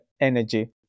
energy